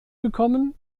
gekommen